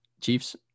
chiefs